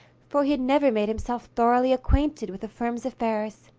for he had never made himself thoroughly acquainted with the firm's affairs.